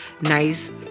nice